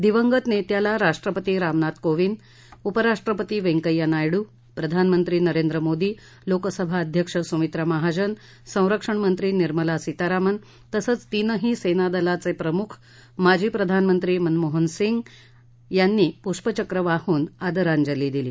दिवंगत नेत्याला राष्ट्रपती रामनाथ कोविंद उपराष्ट्रपती वैंकय्या नायडू प्रधानमंत्री नरेंद्र मोदी लोकसभा अध्यक्ष सुमित्रा महाजन संरक्षण मंत्री निर्मला सीतारामण तसंच तीनही सेनादलाच्या प्रमुख माजी प्रधानमंत्री मनमोहन सिंग यांनी पुष्पचक्र वाहन आदरांजली दिली